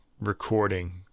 recording